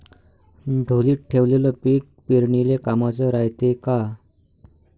ढोलीत ठेवलेलं पीक पेरनीले कामाचं रायते का?